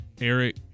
Eric